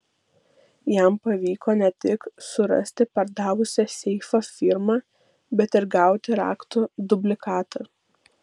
jam pavyko ne tik surasti pardavusią seifą firmą bet ir gauti raktų dublikatą